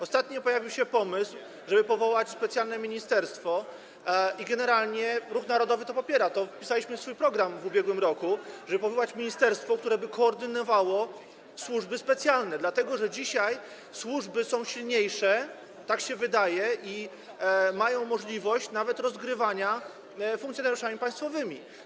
Ostatnio pojawił się pomysł, żeby powołać specjalne ministerstwo - i generalnie Ruch Narodowy to popiera, wpisaliśmy w swój program w ubiegłym roku, żeby powołać takie ministerstwo - które by koordynowało służby specjalne, dlatego że dzisiaj służby są silniejsze, tak się wydaje, i mają możliwość nawet rozgrywania funkcjonariuszami państwowymi.